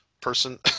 person